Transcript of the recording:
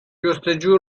جستوجو